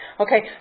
okay